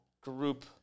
group